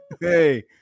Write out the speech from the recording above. Hey